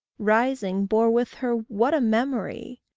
rising, bore with her what a memory!